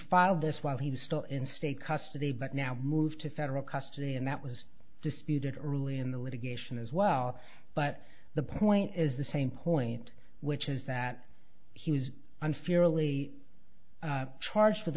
filed this while he was still in state custody but now moved to federal custody and that was disputed early in the litigation as well but the point is the same point which is that he was unfairly charged with